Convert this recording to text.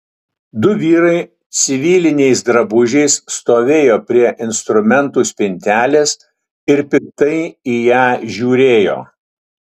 du vyrai civiliniais drabužiais stovėjo prie instrumentų spintelės ir piktai į ją žiūrėjo